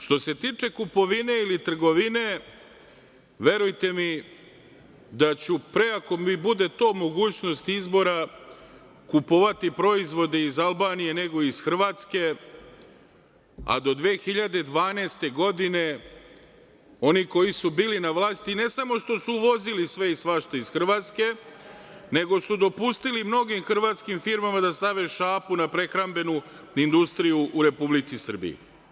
Što se tiče kupovine ili trgovine, verujte mi, da ću pre ako mi bude to mogućnost izbora kupovati proizvode iz Albanije nego iz Hrvatske, a do 2012. godine oni koji su bili na vlasti, ne samo što su uvozili sve i svašta iz Hrvatske nego su dopustili mnogim hrvatskim firmama da stave šapu na prehrambenu industriju u Republici Srbiji.